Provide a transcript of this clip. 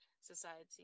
society